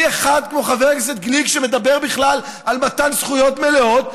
מאחד כמו חבר הכנסת גליק שמדבר בכלל על מתן זכויות מלאות,